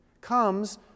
comes